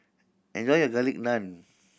enjoy your Garlic Naan